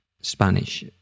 Spanish